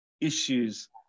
issues